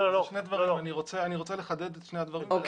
אני רוצה לחדד את שני הדברים.